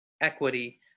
equity